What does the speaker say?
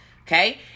Okay